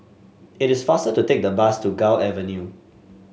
it is faster to take the bus to Gul Avenue